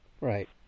right